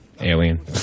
Alien